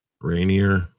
Rainier